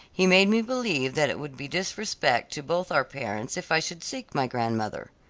he made me believe that it would be disrespect to both our parents if i should seek my grandmother.